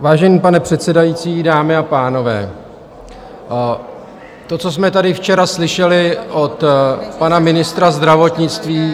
Vážený pane předsedající, dámy a pánové, to, co jsme tady včera slyšeli od pana ministra zdravotnictví ....